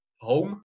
Home